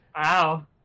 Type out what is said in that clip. Wow